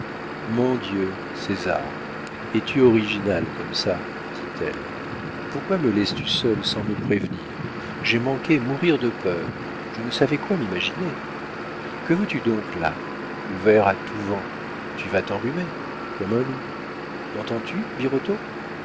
mon dieu césar es-tu original comme ça dit-elle pourquoi me laisses-tu seule sans me prévenir j'ai manqué mourir de peur je ne savais quoi m'imaginer que fais-tu donc là ouvert à tous vents tu vas t'enrhumer comme un loup m'entends-tu birotteau